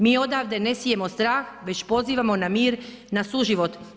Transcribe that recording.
Mi odavde ne sijemo strah već pozivamo na mir, na suživot.